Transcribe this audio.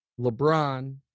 LeBron